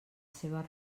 seva